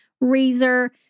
razor